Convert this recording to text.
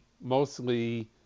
mostly